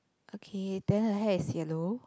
okay then her hair is yellow